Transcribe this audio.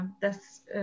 dass